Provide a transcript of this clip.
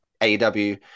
AEW